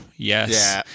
Yes